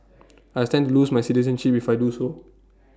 I stand to lose my citizenship if I do so